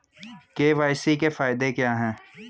KYC के फायदे क्या है?